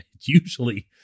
Usually